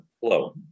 flow